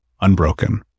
unbroken